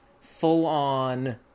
full-on